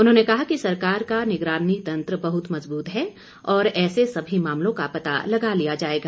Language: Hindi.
उन्होंने कहा कि सरकार का निगरानी तंत्र बहुत मजबूत है और ऐसे सभी मामलों का पता लगा लिया जाएगा